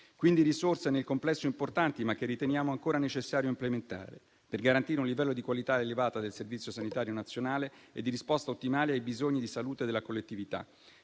quindi di risorse nel complesso importanti, che riteniamo però ancora necessario implementare per garantire un livello di qualità elevata del Servizio sanitario nazionale e di risposta ottimale ai bisogni di salute della collettività.